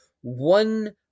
One